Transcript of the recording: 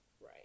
Right